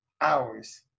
hours